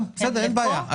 בסדר, אין בעיה.